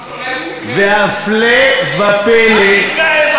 והפלא ופלא,